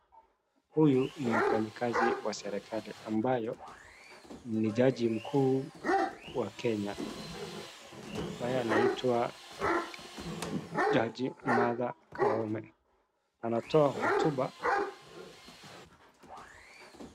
Huyu ni mfanyikazi wa serikali ambayo ni jaji mkuu wa Kenya ambaye anaitwa Jaji Martha Koome, anatoa hotuba.